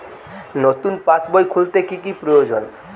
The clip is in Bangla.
নতুন পাশবই খুলতে কি কি প্রয়োজন?